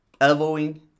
elbowing